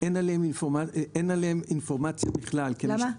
אין אינפורמציה בכלל --- למה?